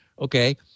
Okay